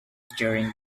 during